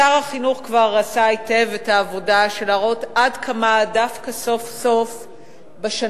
שר החינוך כבר עשה היטב את העבודה של להראות עד כמה דווקא סוף-סוף בשנה,